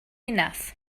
enough